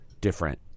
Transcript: different